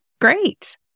great